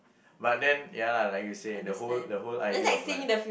but then ya lah like you the whole the whole idea of life